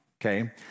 okay